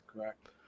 correct